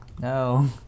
No